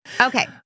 Okay